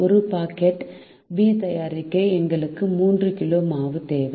ஒரு packet B தயாரிக்க எங்களுக்கு 3 கிலோ மாவு தேவை